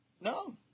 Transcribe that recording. No